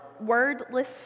wordless